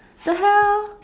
the hell